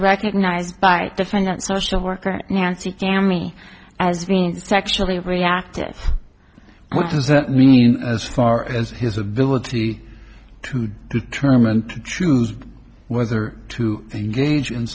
recognize by the fact that social worker nancy cammy as being sexually reactive what does that mean as far as his ability to determine to choose whether to engage in